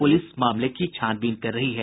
police मामले की छानबीन कर रही है